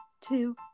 two